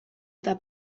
eta